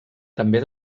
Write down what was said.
també